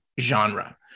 genre